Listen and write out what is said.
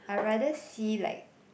I rather see like